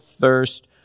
thirst